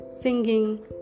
singing